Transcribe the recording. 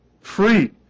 free